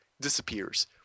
disappears